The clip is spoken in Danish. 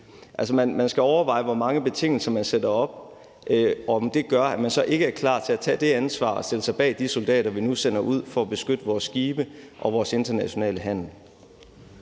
man skal overveje, hvor mange betingelser man sætter op, og om det gør, at man så ikke er klar til at tage ansvar og stille sig bag de soldater, vi nu sender ud for at beskytte vores skibe og vores internationale handel.